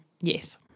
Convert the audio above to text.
Yes